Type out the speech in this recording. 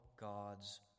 God's